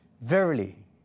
Verily